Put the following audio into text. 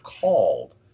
called